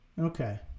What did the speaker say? okay